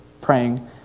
praying